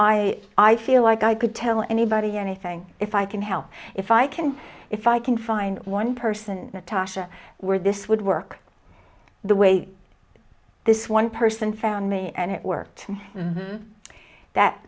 i i feel like i could tell anybody anything if i can help if i can if i can find one person tasha where this would work the way this one person found me and it worked the that